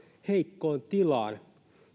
heikkoon tilaan